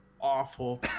Awful